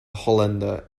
hollander